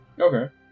Okay